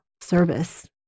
service